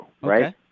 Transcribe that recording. right